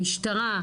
המשטרה,